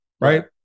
Right